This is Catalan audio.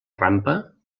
rampa